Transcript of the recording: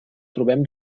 trobem